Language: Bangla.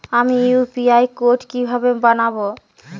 আমি ইউ.পি.আই কোড কিভাবে বানাব?